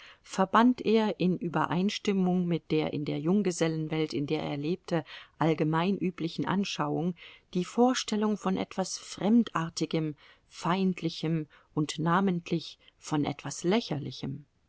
verband er in übereinstimmung mit der in der junggesellenwelt in der er lebte allgemein üblichen anschauung die vorstellung von etwas fremdartigem feindlichem und namentlich von etwas lächerlichem